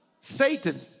Satan